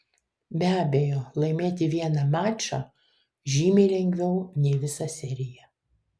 be abejo laimėti vieną mačą žymiai lengviau nei visą seriją